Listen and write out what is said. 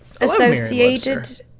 associated